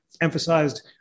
emphasized